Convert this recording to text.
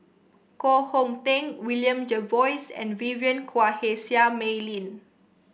Koh Hong Teng William Jervois and Vivien Quahe Seah Mei Lin